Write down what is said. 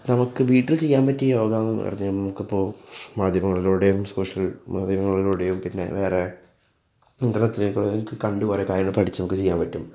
നമുക്ക് വീട്ടിൽ ചെയ്യാൻ പറ്റിയ യോഗ എന്ന് പറഞ്ഞത് നമുക്കിപ്പോൾ മാധ്യമങ്ങളിലൂടെയും സോഷ്യൽ മാധ്യമങ്ങളിലൂടെയും പിന്നെ വേറെ ഇൻറ്റർനെറ്റിലൂടെയും കണ്ട് കുറേ കാര്യങ്ങൾ പഠിച്ച് നമുക്ക് ചെയ്യാൻ പറ്റും